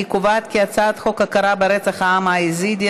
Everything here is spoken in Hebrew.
אני קובעת כי הצעת חוק הכרה ברצח העם היזידי,